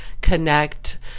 connect